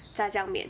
炸酱面